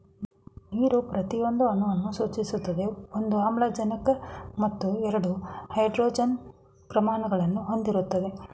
ನೀರು ಪ್ರತಿಯೊಂದು ಅಣುವನ್ನು ಸೂಚಿಸ್ತದೆ ಒಂದು ಆಮ್ಲಜನಕ ಮತ್ತು ಎರಡು ಹೈಡ್ರೋಜನ್ ಪರಮಾಣುಗಳನ್ನು ಹೊಂದಿರ್ತದೆ